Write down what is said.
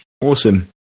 Awesome